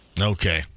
Okay